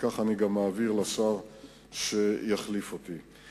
וכך אני גם מעביר לשר שיחליף אותי.